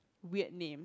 weird name